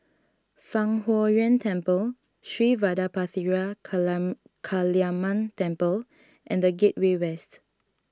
Fang Huo Yuan Temple Sri Vadapathira Kalam Kaliamman Temple and the Gateway West